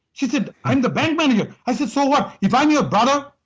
she said, i'm the bank manager. i said, so what? if i'm your brother,